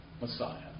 Messiah